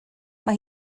mae